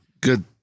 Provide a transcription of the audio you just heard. Good